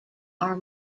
are